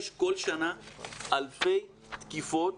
יש כל שנה אלפי תקיפות